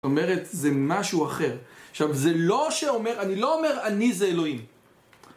זאת אומרת זה משהו אחר עכשיו זה לא שאומר, אני לא אומר אני זה אלוהים